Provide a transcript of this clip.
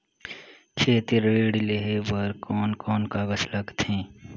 खेती ऋण लेहे बार कोन कोन कागज लगथे?